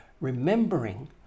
Remembering